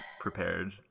prepared